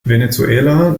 venezuela